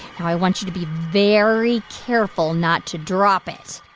now i want you to be very careful not to drop it.